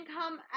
come